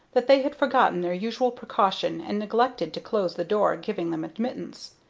that they had forgotten their usual precaution and neglected to close the door giving them admittance.